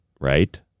right